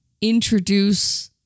introduce